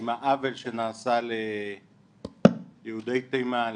עם העוול שנעשה ליהודי תימן,